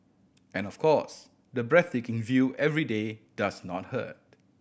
and of course the breathtaking view every day does not hurt